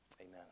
Amen